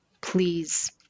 please